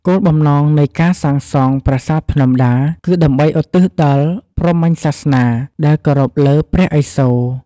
គោលបំណងនៃការសាងសង់ប្រាសាទភ្នំដា គឺដើម្បីឧទ្ទិសដល់ព្រហ្មញ្ញសាសនា ដែលគោរពលើ ព្រះឥសូរ។